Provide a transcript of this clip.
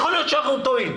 יכול להיות שאנחנו טועים,